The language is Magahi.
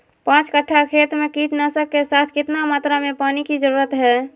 पांच कट्ठा खेत में कीटनाशक के साथ कितना मात्रा में पानी के जरूरत है?